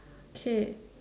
K